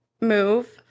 move